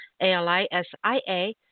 A-L-I-S-I-A